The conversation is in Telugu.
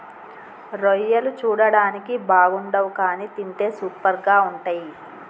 రొయ్యలు చూడడానికి బాగుండవ్ కానీ తింటే సూపర్గా ఉంటయ్